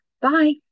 bye